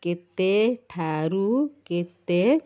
କେତେ ଠାରୁ କେତେ